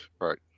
Right